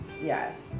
yes